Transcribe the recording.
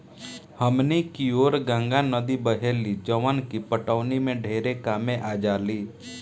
हमनी कियोर गंगा नद्दी बहेली जवन की पटवनी में ढेरे कामे आजाली